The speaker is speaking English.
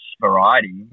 variety